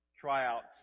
tryouts